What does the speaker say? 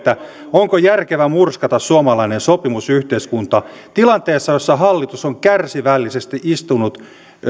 onko järkevä murskata suomalainen sopimusyhteiskunta tilanteessa jossa hallitus on kärsivällisesti istunut